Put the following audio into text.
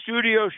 studio